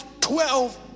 twelve